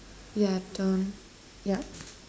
yeah done yeah